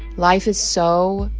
life is so,